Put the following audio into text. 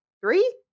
three